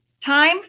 time